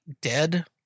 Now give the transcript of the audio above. dead